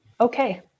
okay